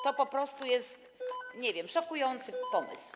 To po prostu jest, nie wiem, szokujący pomysł.